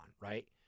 right